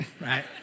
right